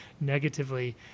negatively